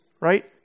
right